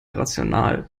rational